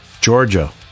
Georgia